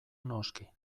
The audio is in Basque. noski